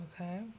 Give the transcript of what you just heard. Okay